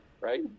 right